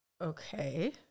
okay